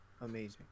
amazing